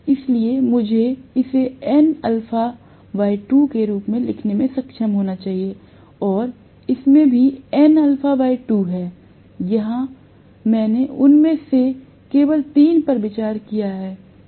इसलिए मुझे इसे nα 2 के रूप में लिखने में सक्षम होना चाहिए और इसमें भी nα 2 है यहां मैंने उनमें से केवल तीन पर विचार किया है